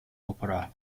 opera